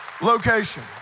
location